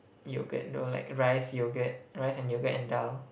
yogurt know like rice yogurt rice and yogurt and dahl